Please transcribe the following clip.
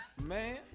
Man